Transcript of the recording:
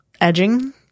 edging